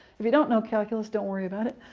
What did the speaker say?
if you don't know calculus, don't worry about it.